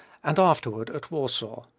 and afterward at warsaw.